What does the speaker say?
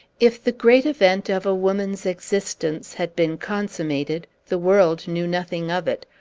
if the great event of a woman's existence had been consummated, the world knew nothing of it,